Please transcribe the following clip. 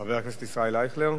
חבר הכנסת ישראל אייכלר.